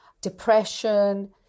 depression